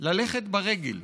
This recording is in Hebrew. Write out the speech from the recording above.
ללכת ברגל,